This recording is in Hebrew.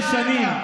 12 שנים.